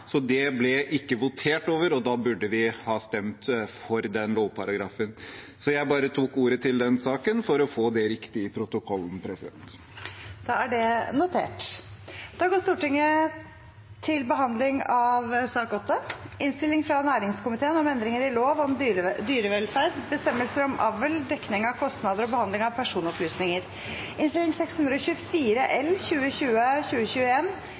så det ble ikke votert over. Da burde vi ha stemt for den lovparagrafen. Jeg tok bare ordet til den saken for å få det riktig i protokollen. Flere har ikke bedt om ordet til sakene nr. 1–7. Etter ønske fra næringskomiteen vil presidenten ordne debatten slik: 3 minutter til hver partigruppe og 3 minutter til medlemmer av